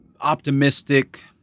optimistic